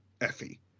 Effie